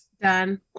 Done